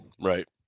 Right